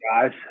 guys